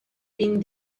been